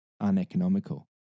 uneconomical